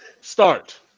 Start